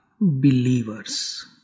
Believers